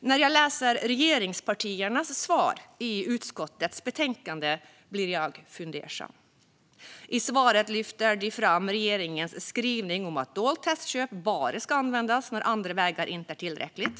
När jag läser regeringspartiernas svar i utskottets betänkande blir jag fundersam. I svaret lyfter de fram regeringens skrivning om att ett dolt testköp bara ska användas när andra vägar inte är tillräckliga.